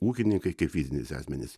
ūkininkai kaip fizinis asmenys